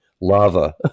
lava